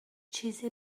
چیزی